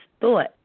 thought